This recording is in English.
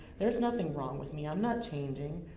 there's nothing wrong with me. i'm not changing.